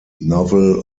novel